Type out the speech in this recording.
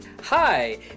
Hi